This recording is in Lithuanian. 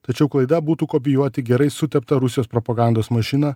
tačiau klaida būtų kopijuoti gerai suteptą rusijos propagandos mašiną